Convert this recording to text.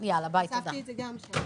בסוף?